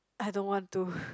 I don't want to